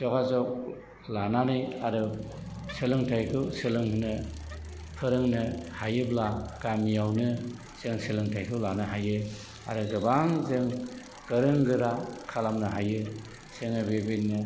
जगाजग लानानै आरो सोलोंथाइखौ सोलोंहोनो फोरोंनो हायोब्ला गामियावनो जों सोलोंथाइखौ लानो हायो आरो गोबां जों गोरों गोरा खालामनो हायो जोङो बेबायदिनो